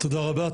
תודה רבה,